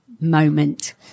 moment